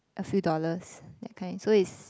a few dollars that kind so it's